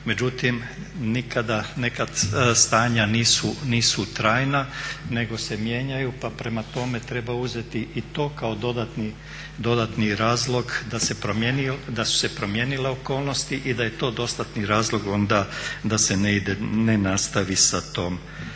međutim nikada neka stanja nisu trajna nego se mijenjaju pa prema tome treba uzeti i to kao dodatni razlog da su se promijenile okolnosti i da je to dostatni razlog onda da se ne ide, ne nastavi sa tom